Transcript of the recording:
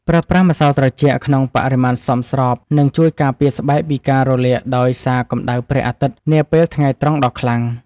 ប្រើប្រាស់ម្សៅត្រជាក់ក្នុងបរិមាណសមស្របនឹងជួយការពារស្បែកពីការរលាកដោយសារកម្តៅព្រះអាទិត្យនាពេលថ្ងៃត្រង់ដ៏ខ្លាំង។